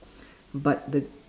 but the